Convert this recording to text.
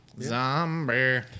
Zombie